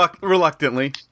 reluctantly